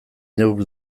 neuk